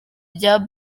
rya